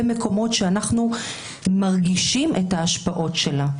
מקומות שאנחנו מרגישים את ההשפעות שלה.